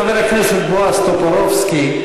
חבר הכנסת בועז טופורובסקי,